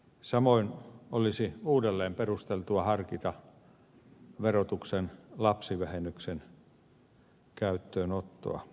samoin olisi perusteltua uudelleen harkita verotuksen lapsivähennyksen käyttöönottoa